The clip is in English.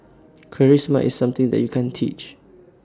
charisma is something that you can't teach